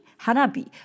hanabi